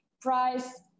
price